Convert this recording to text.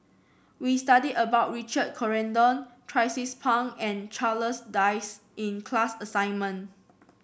we studied about Richard Corridon Tracie's Pang and Charles Dyce in the class assignment